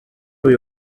uyu